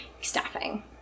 staffing